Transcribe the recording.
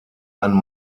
ein